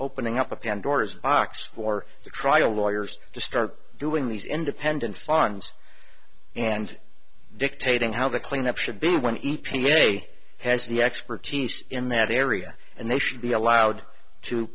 opening up a pandora's box for the trial lawyers to start doing these independent farms and dictating how the cleanup should be when e p a has no expertise in that area and they should be allowed to